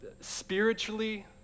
spiritually